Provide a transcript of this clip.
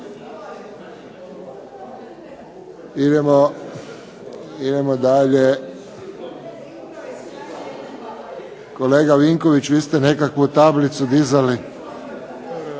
Idemo dalje. Kolega Vinković vi ste nekakvu tablu dizali?